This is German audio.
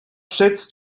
schätzt